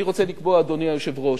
אני רוצה לקבוע, אדוני היושב-ראש,